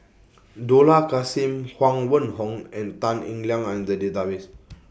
Dollah Kassim Huang Wenhong and Tan Eng Liang Are in The Database